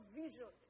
vision